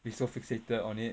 be so fixated on it